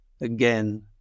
again